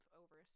over